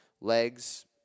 legs